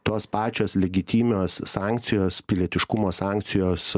tos pačios legitimios sankcijos pilietiškumo sankcijos